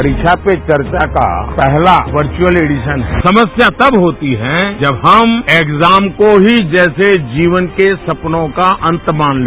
परीक्षा पे वर्चा का पहला वर्क्रअल ऐडिशन समस्या तब होती है जब हम ऐग्जाम को ही जैसे जीवन के सपनों का अंत मान लें